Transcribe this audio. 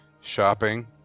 shopping